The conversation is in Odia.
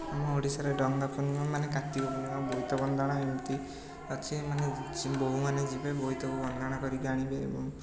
ଆମ ଓଡ଼ିଶାରେ ଡଙ୍ଗା ପୂର୍ଣ୍ଣିମା ମାନେ କାର୍ତ୍ତିକ ପୂର୍ଣ୍ଣିମା ବୋଇତ ବନ୍ଦାଣ ଏମିତି ଅଛି ମାନେ ସେ ବୋହୁମାନେ ଯିବେ ବୋଇତ ବନ୍ଦାଣ କରିକି ଆଣିବେ ଏବଂ